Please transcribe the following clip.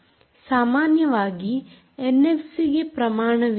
ಸಾಮಾನ್ಯವಾಗಿ ಎನ್ಎಫ್ಸಿ ಗೆ ಪ್ರಮಾಣವಿದೆ